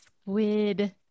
squid